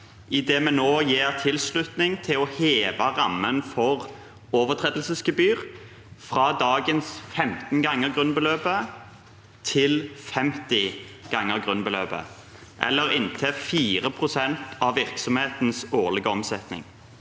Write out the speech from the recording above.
idet vi nå gir tilslutning til å heve rammen for overtredelsesgebyr fra dagens 15 ganger grunnbeløpet til 50 ganger grunnbeløpet, eller inntil 4 pst. av virksomhetens årlige omsetning.